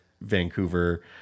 vancouver